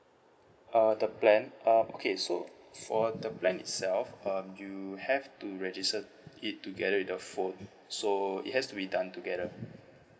uh the plan uh okay so for the plan itself um you have to register it together with the phone so it has to be done together